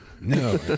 No